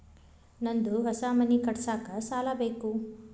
ನಂದು ಹೊಸ ಮನಿ ಕಟ್ಸಾಕ್ ಸಾಲ ಬೇಕು